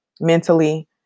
mentally